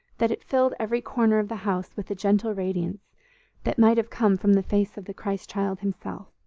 that it filled every corner of the house with a gentle radiance that might have come from the face of the christ-child himself.